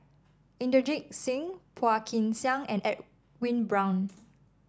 Inderjit Singh Phua Kin Siang and Edwin Brown